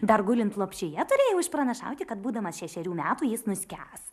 dar gulint lopšyje turėjau išpranašauti kad būdamas šešerių metų jis nuskęs